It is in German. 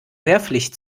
wehrpflicht